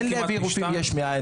אין להביא רופאים יש מאין,